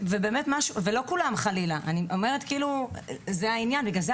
חלילה, זה לא כולם.